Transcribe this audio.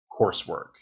coursework